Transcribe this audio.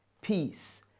peace